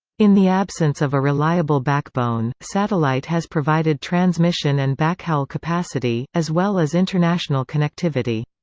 in the absence of a reliable backbone, satellite has provided transmission and backhaul capacity, as well as international connectivity.